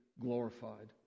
glorified